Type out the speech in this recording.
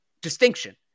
distinction